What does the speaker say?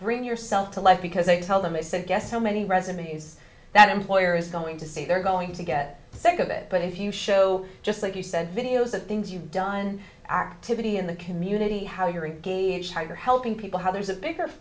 bring yourself to life because i tell them i said guess so many resumes that employer is going to say they're going to get sick of it but if you show just like you send videos of things you've done activity in the community how you're engaged how you're helping people how there's a bigger